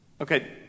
Okay